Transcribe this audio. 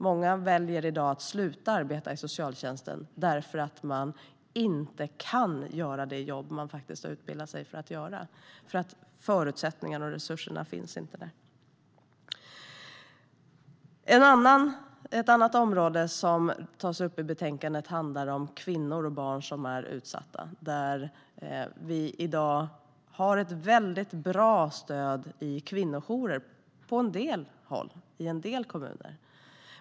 Många väljer i dag att sluta att arbeta i socialtjänsten därför att man inte kan göra det jobb som man har utbildat sig för. Förutsättningarna och resurserna finns inte. Ett annat område som tas upp i betänkandet handlar om utsatta kvinnor och barn. I dag finns det ett väldigt bra stöd i kvinnojourer i en del kommuner.